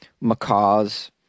macaws